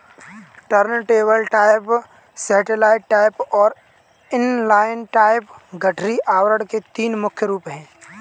turntable type, satellite type और inline type गठरी आवरण के तीन मुख्य रूप है